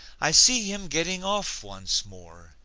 i see him getting off once more.